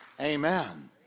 Amen